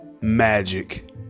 Magic